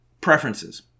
Preferences